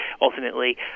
ultimately